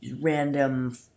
random